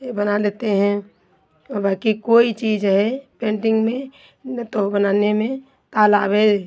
ये बना लेते हैं और बाकी कोई चीज़ है पेन्टिंग में नहीं तो बनाने में तालाबै